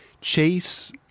chase